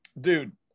dude